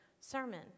sermon